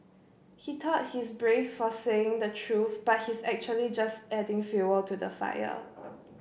he thought he's brave for saying the truth but he's actually just adding fuel to the fire